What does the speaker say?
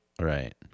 Right